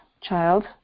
child